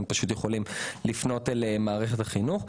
הם יכולים לפנות אל מערכת החינוך.